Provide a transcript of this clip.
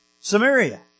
Samaria